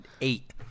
eight